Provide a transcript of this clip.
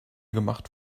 gemacht